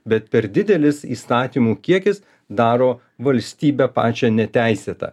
bet per didelis įstatymų kiekis daro valstybę pačią neteisėtą